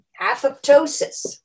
Apoptosis